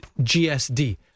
GSD